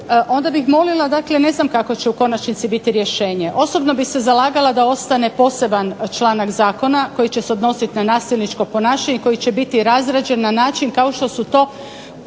onda bih molila dakle ne znam kako će u konačnici biti rješenje. Osobno bih se zalagala da ostane poseban članak zakona koji će se odnositi na nasilničko ponašanje i koji će biti razrađen na način kao što su to